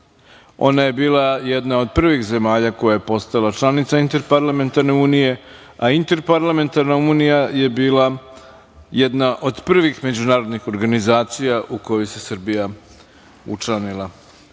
Ona je bila jedna od prvih zemalja koja je postala članica Interparlamentarne unije, a Interparlamentarna unija je bila jedna od prvih međunarodnih organizacija u koju se Srbija učlanila. Takođe,